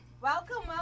Welcome